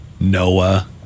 Noah